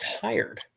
tired